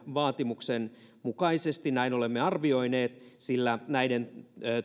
vaatimuksen mukaisesti näin olemme arvioineet sillä näiden